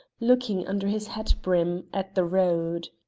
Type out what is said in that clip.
looking under his hat-brim at the road.